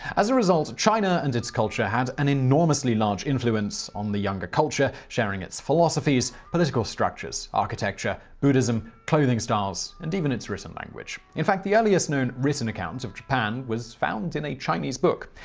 as a result, china and its culture had an enormously large influence on the younger culture, sharing its philosophies, political structures, architecture, buddhism, clothing styles and even its written language. in fact, the earliest known written account of japan was found in a chinese book.